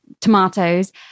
tomatoes